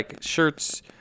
shirts